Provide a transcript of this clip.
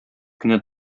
кенә